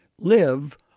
Live